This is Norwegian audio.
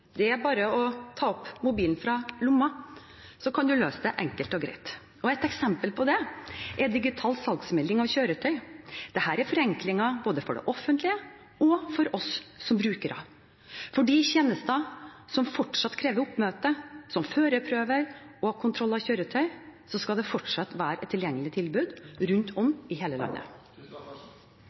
Det er bare å ta opp mobilen fra lomma, så kan man løse det enkelt og greit. Et eksempel på det er digital salgsmelding av kjøretøy. Dette er forenklinger både for det offentlige og for oss som brukere. For de tjenestene som fortsatt krever oppmøte, som førerprøver og kontroll av kjøretøy, skal det fortsatt være et tilgjengelig tilbud rundt om i hele landet.